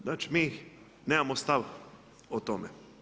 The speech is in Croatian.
Znači mi nemamo stav o tome.